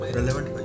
relevant